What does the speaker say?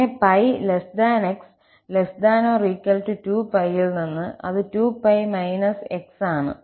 പിന്നെ 𝜋 𝑥 ≤ 2𝜋 ൽ നിന്ന് അത് 2𝜋 − 𝑥 ആണ്